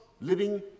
living